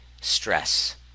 stress